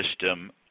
system